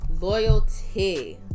loyalty